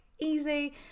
easy